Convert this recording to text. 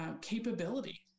capability